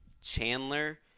Chandler